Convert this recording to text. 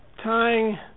tying